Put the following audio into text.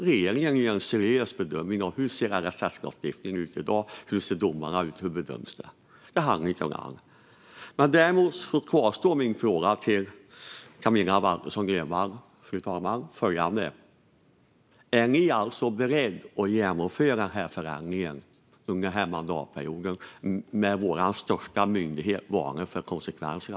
Regeringen gör en seriös bedömning av hur LSS-lagstiftningen ser ut i dag, hur domarna ser ut och hur de bedöms. Det handlar inte om något annat. Fru talman! Följande fråga kvarstår till Camilla Waltersson Grönvall: Är ni alltså beredda att genomföra den här förändringen under denna mandatperiod när vår största myndighet varnar för konsekvenserna?